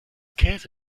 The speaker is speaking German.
käse